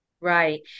Right